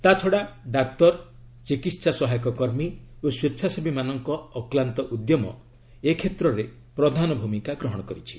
ତା'ଛଡ଼ା ଡାକ୍ତର ଚିକିତ୍ସା ସହାୟକ କର୍ମୀ ଓ ସ୍ୱେଚ୍ଛାସେବୀମାନଙ୍କୁ ଅକ୍ଲାନ୍ତ ଉଦ୍ୟମ ଏକ୍ଷେତ୍ରରେ ପ୍ରଧାନ ଭୂମିକା ଗ୍ରହଣ କରିଛି